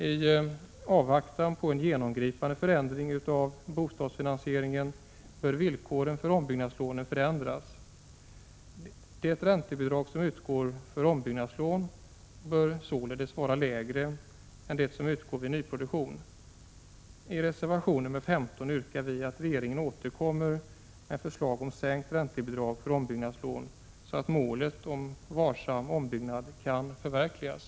I avvaktan på en genomgripande förändring av bostadsfinansieringen bör villkoren för ombyggnadslån förändras. Det räntebidrag som utgår för ombyggnadslån bör således vara lägre än det som utgår vid nyproduktion. I — Prot. 1986/87:50 reservation 15 yrkar vi att regeringen återkommer med förslag om sänkt — 16 december 1986 räntebidrag för ombyggnadslån, så att målet om varsam ombyggnad kan förverkligas.